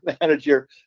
manager